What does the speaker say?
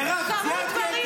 מירב,